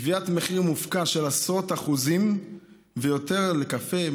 גביית מחיר מופקע של עשרות אחוזים ויותר על קפה,